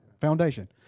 Foundation